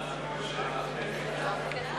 מס בשיעור אפס על מוצרי מזון בסיסיים),